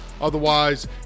Otherwise